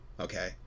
okay